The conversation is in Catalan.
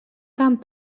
cant